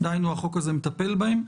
דהיינו שהחוק הזה מטפל בהם.